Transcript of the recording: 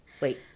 wait